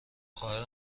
خواهر